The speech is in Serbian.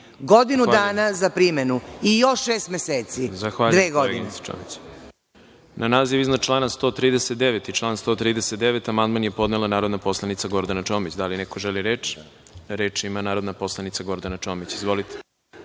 godinu dana za primenu i još šest meseci, dve godine.